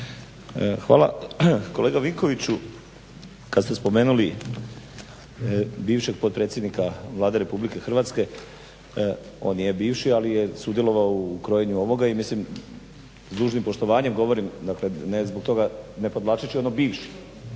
Hvala. Kolega Vinkoviću kad ste spomenuli bivšeg potpredsjednika Vlade RH on je bivši ali je sudjelovao u krojenju ovoga i mislim s dužnim poštovanjem govorim, dakle ne zbog toga ne podvlačeći ono bivši